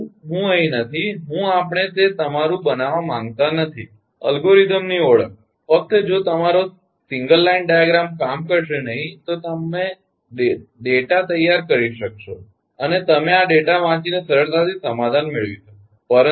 પરંતુ હું અહીં નથી હું આપણે તે તમારુ બનાવવા માંગતા નથી અલ્ગોરિધમની ઓળખાણ ફકત જો તમારો સિંગલ લાઇન ડાયાગ્રામ કામ કરશે નહીં તો તમે ડેટા તૈયાર કરી શકો છો અને તમે આ ડેટા વાંચીને સરળતાથી સમાધાન મેળવી શકો છો